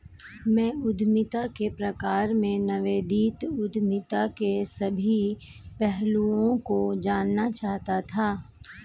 मैं उद्यमिता के प्रकार में नवोदित उद्यमिता के सभी पहलुओं को जानना चाहता था